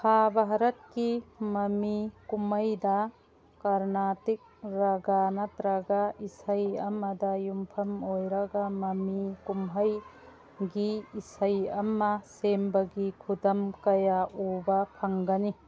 ꯈꯥ ꯚꯥꯔꯠꯀꯤ ꯃꯃꯤ ꯀꯨꯝꯃꯩꯗ ꯀꯔꯅꯥꯇꯤꯛ ꯔꯒꯥ ꯅꯠꯇ꯭ꯔꯒ ꯏꯁꯩ ꯑꯃꯗ ꯌꯨꯝꯐꯝ ꯑꯣꯏꯔꯒ ꯃꯃꯤ ꯀꯨꯝꯍꯩꯒꯤ ꯏꯁꯩ ꯑꯃ ꯁꯦꯝꯕꯒꯤ ꯈꯨꯗꯝ ꯀꯌꯥ ꯎꯕ ꯐꯪꯒꯅꯤ